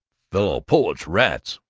fellow-poets, rats!